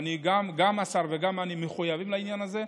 גם השר וגם אני מחויבים לעניין הזה,